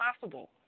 possible